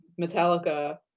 Metallica